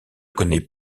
connaît